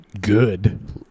Good